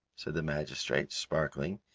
said the magistrate, sparkling.